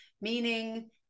meaning